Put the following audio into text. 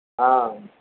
हँ